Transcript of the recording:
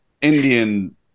Indian